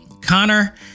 Connor